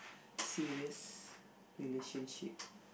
serious relationship